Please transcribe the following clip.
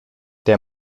der